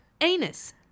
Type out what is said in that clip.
anus